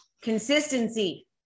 consistency